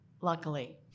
Luckily